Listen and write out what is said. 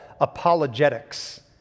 apologetics